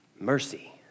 mercy